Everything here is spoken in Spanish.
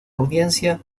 audiencia